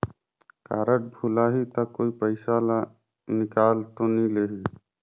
Card भुलाही ता कोई पईसा ला निकाल तो नि लेही?